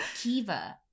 Kiva